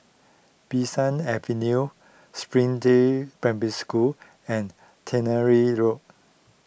Bee San Avenue Springdale Primary School and Tannery Road